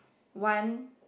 one